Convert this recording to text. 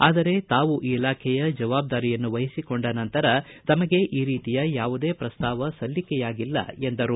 ಆದರೆ ತಾವು ಈ ಇಲಾಖೆಯ ಜವಾಬ್ದಾರಿಯನ್ನು ವಹಿಸಿಕೊಂಡ ನಂತರ ತಮಗೆ ಈ ರೀತಿಯ ಯಾವುದೇ ಪ್ರಸ್ತಾವ ಸಲ್ಲಿಕೆಯಾಗಿಲ್ಲ ಎಂದರು